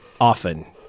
Often